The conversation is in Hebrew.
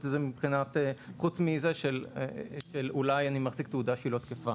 את זה חוץ מזה שאולי הוא מחזיק תעודה שהיא לא תקפה.